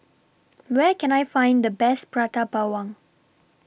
Where Can I Find The Best Prata Bawang